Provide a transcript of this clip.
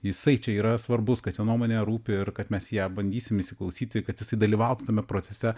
jisai čia yra svarbus kad jo nuomonė rūpi ir kad mes ją bandysim įsiklausyti kad jis dalyvautų tame procese